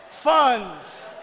funds